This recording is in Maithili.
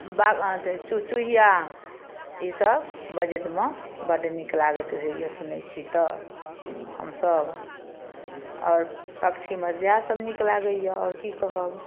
बा अथी चुचुहिया ईसब बजैतमे बड़ नीक लागैत रहैए सुनै छी तऽ हमसभ आओर पक्षीमे सएहसब नीक लागैए आओर कि कहब